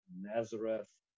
Nazareth